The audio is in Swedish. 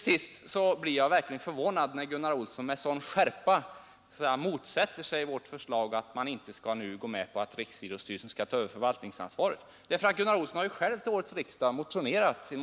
Jag blev verkligen förvånad när Gunnar Olsson till sist med skärpa motsatte sig vårt förslag att ytterligare ett år ha kvar förvaltningsansvaret hos skolöverstyrelsen, eftersom Gunnar Olsson själv har motionerat till årets riksdag om denna sak.